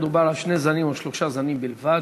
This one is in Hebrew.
מדובר על שני זנים או שלושה זנים בלבד